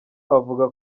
avuga